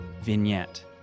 vignette